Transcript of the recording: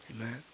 Amen